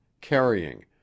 carrying